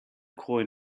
coin